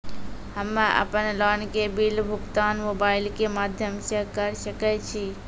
हम्मे अपन लोन के बिल भुगतान मोबाइल के माध्यम से करऽ सके छी?